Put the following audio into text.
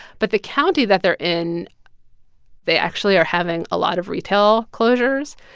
but the county that they're in they actually are having a lot of retail closures.